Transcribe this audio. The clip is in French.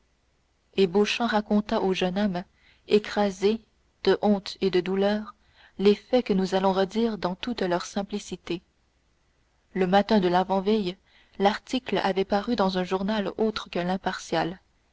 beauchamp raconta au jeune homme écrasé de honte et de douleur les faits que nous allons redire dans toute leur simplicité le matin de l'avant-veille l'article avait paru dans un journal autre que